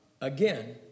Again